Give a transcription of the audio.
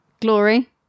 Glory